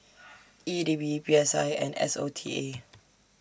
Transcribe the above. E D B P S I and S O T A